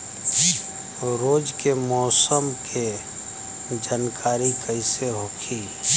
रोज के मौसम के जानकारी कइसे होखि?